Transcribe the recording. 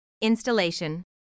Installation